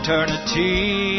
Eternity